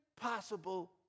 possible